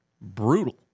brutal